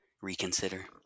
reconsider